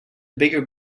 bigger